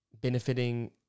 benefiting